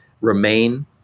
remain